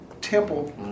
temple